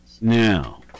Now